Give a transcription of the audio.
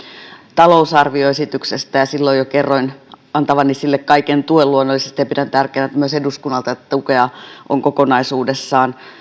talousarvioesityksestä ja silloin jo kerroin antavani sille kaiken tuen luonnollisesti ja pidän tärkeänä että myös eduskunnalta tukea on kokonaisuudessaan